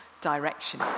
direction